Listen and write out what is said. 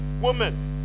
woman